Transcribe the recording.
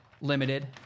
limited